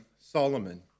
Solomon